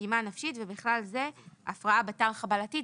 פגימה נפשית ובכלל זה הפרעה בתר-חבלתית.